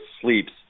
sleeps